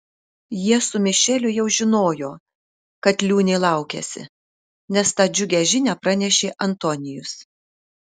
jie su mišeliu jau žinojo kad liūnė laukiasi nes tą džiugią žinią pranešė antonijus